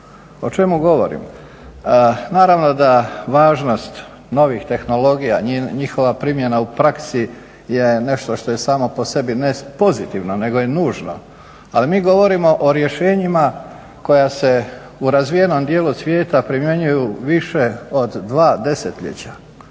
O čemu govorim? Naravno da važnost novih tehnologija, njihova primjena u praksi je nešto što je samo po sebi, ne pozitivno, nego je nužno, ali mi govorimo o rješenjima koja se u razvijenom dijelu svijeta primjenjuju više od 2 desetljeća